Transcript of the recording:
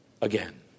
again